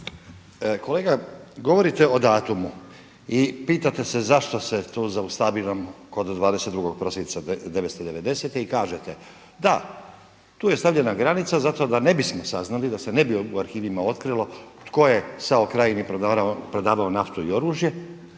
Kolega, govorite o datumu i pitate se zašto se tu zaustavljamo kod 22. prosinca 1990. i kažete, da tu je stavljena granica zato da ne bismo saznali, da se ne bi u arhivima otkrilo tko je SAO krajini prodavao naftu i oružje,